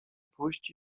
pójść